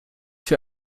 für